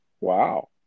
Wow